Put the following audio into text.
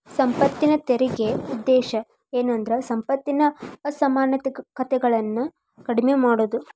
ಸಂಪತ್ತಿನ ತೆರಿಗೆ ಉದ್ದೇಶ ಏನಂದ್ರ ಸಂಪತ್ತಿನ ಅಸಮಾನತೆಗಳನ್ನ ಕಡಿಮೆ ಮಾಡುದು